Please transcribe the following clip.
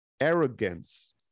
arrogance